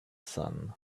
sun